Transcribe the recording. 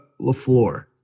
Lafleur